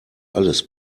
alles